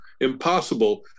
impossible